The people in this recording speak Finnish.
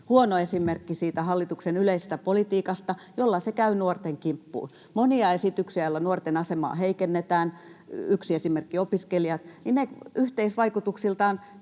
huono esimerkki, siitä hallituksen yleisestä politiikasta, jolla se käy nuorten kimppuun: monia esityksiä, joilla nuorten asemaa heikennetään, yksi esimerkki opiskelijat, ja ne yhteisvaikutuksiltaan